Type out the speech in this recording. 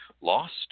lost